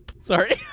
Sorry